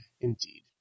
Indeed